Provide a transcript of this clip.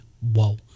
whoa